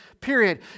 period